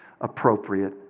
appropriate